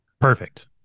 Perfect